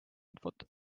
infot